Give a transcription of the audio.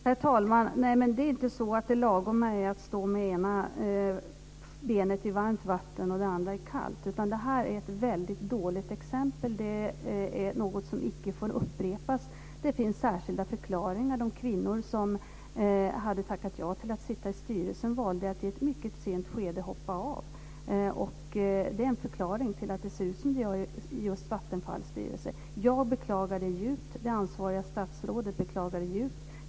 Herr talman! Nej, det är inte så att det är lagom när man står med ena benet i varmt vatten och det andra i kallt. Det här är ett väldigt dåligt exempel. Det är något som inte får upprepas. Det finns särskilda förklaringar. De kvinnor som hade tackat ja till att sitta i styrelsen valde i ett mycket sent skede att hoppa av. Det är en förklaring till att det ser ut som det gör just i Vattenfalls styrelse. Jag beklagar det djupt. Det ansvariga statsrådet beklagar det djupt.